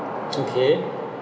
okay